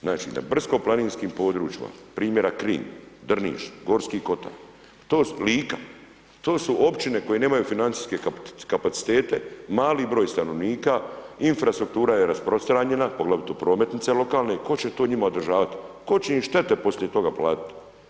Znači brdsko-planinskim područjima primjera Knin, Drniš, Gorski kotar, Lika, to su općine koje nemaju financijske kapacitete, mali broj stanovnika, infrastruktura je rasprostranjena, poglavito prometnice lokalne, tko će to njima održavati, tko će im štete poslije toga platiti?